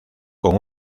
con